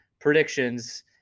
predictions